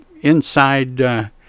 inside